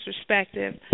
Perspective